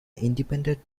independent